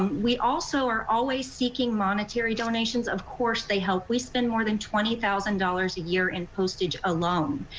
um we also are always seeking monetary donations, of course they help. we spend more than twenty thousand dollars a year in postage alone.